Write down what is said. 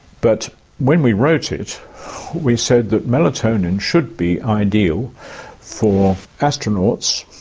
but when we wrote it we said that melatonin should be ideal for astronauts,